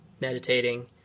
meditating